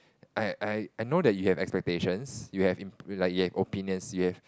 I I know that you have expectations you have im~ like you have opinions you have